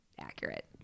accurate